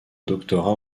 doctorat